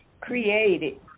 created